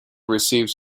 received